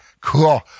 Cool